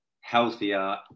healthier